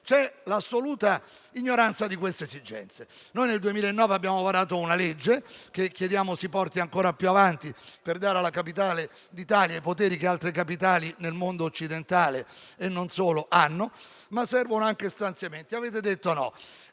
C'è l'assoluta ignoranza di queste esigenze. Nel 2009 abbiamo varato una legge, che chiediamo si porti ancora più avanti, per dare alla Capitale d'Italia i poteri che altre capitali nel mondo occidentale e non solo hanno, ma servono anche stanziamenti. Avete detto di